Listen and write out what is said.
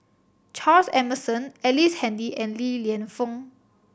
Charles Emmerson Ellice Handy and Li Lienfung